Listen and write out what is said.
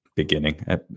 Beginning